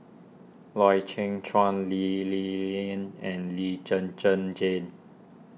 Loy Chye Chuan Lee Ling Yen and Lee Zhen Zhen Jane